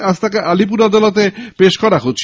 আজ তাকে আলিপুর আদালতে পেশ করা হচ্ছে